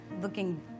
Looking